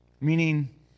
Meaning